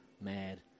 mad